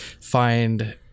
find